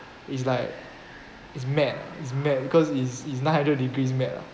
is like is mad ah is mad because is is nine hundred degrees mad lah